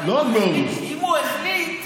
אבל אם הוא החליט,